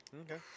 Okay